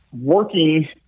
working